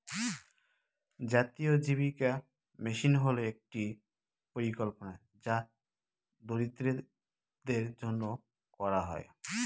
জাতীয় জীবিকা মিশন হল একটি পরিকল্পনা যা দরিদ্রদের জন্য করা হয়